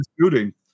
shooting